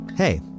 Hey